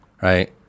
right